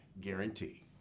guarantee